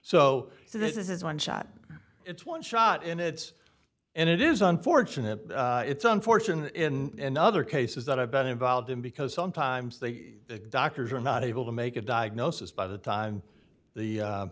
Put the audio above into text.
so this is one shot it's one shot in it and it is unfortunate it's unfortunate in other cases that i've been involved in because sometimes the doctors are not able to make a diagnosis by the time the